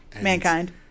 Mankind